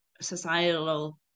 societal